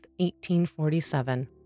1847